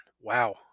wow